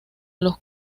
los